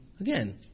Again